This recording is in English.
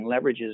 leverages